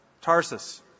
Tarsus